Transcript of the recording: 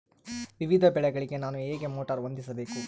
ವಿವಿಧ ಬೆಳೆಗಳಿಗೆ ನಾನು ಹೇಗೆ ಮೋಟಾರ್ ಹೊಂದಿಸಬೇಕು?